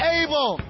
able